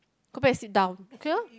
go back and sit down okay lor